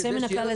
יוצא מן הכלל ,